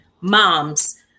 moms